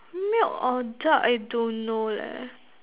milk or dark I don't know leh